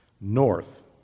north